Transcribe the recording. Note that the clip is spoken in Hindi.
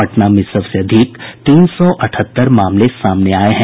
पटना में सबसे अधिक तीन सौ अठहत्तर मामले सामने आये हैं